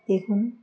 দেখুন